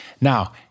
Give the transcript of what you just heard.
Now